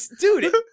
Dude